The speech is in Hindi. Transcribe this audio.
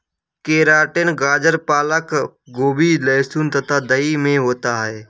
केराटिन गाजर पालक गोभी लहसुन तथा दही में होता है